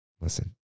listen